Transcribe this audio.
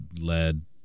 led